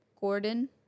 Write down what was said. Gordon